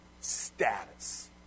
status